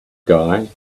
guy